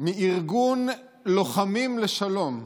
מארגון לוחמים לשלום.